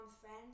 friend